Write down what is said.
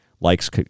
likes